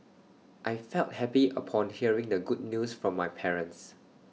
I felt happy upon hearing the good news from my parents